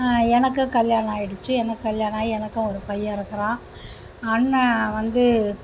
எனக்கும் கல்யாணம் ஆகிடுச்சி எனக்கு கல்யாணம் ஆகி எனக்கும் ஒரு பையன் இருக்கிறான் அண்ணன் வந்து